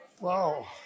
Wow